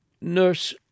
Nurse